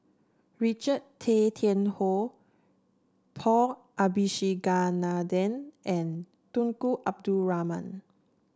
Richard Tay Tian Hoe Paul Abisheganaden and Tunku Abdul Rahman